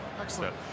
Excellent